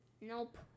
Nope